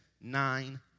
nine